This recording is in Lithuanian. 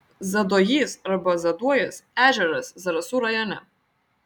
zaduojys arba zaduojas ežeras zarasų rajone